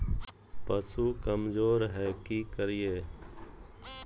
पशु कमज़ोर है कि करिये?